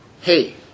Hey